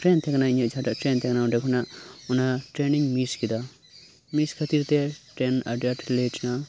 train ᱛᱟᱦᱮᱸ ᱠᱟᱱᱟ ᱤᱧᱟᱜ ᱡᱟᱦᱟᱸᱴᱟᱜ ᱴᱨᱮᱱ ᱛᱟᱦᱮᱸ ᱠᱟᱱᱟ ᱚᱸᱰᱮ ᱠᱷᱚᱱᱟᱜ ᱚᱱᱟ ᱴᱨᱮᱱ ᱤᱧ ᱢᱤᱥ ᱠᱮᱫᱟ ᱢᱤᱥ ᱠᱷᱟᱹᱛᱤᱨ ᱛᱮ ᱴᱨᱮᱱ ᱟᱹᱰᱤ ᱟᱴ ᱞᱮᱴ ᱮᱱᱟ